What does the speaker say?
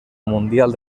mundial